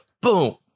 boom